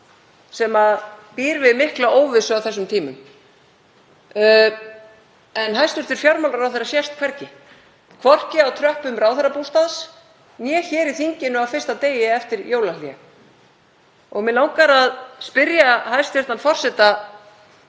sem býr við mikla óvissu á þessum tímum. En hæstv. fjármálaráðherra sést hvergi, hvorki á tröppum Ráðherrabústaðarins né í þinginu á fyrsta degi eftir jólahlé. Mig langar að spyrja hæstv. forseta